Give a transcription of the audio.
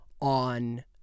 on